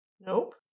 Nope